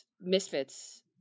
misfits